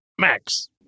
max